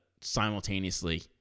simultaneously